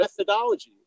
methodologies